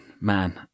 man